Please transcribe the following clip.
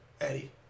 Eddie